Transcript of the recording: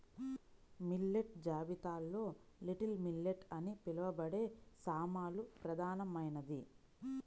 millet జాబితాలో little millet అని పిలవబడే సామలు ప్రధానమైనది